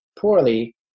poorly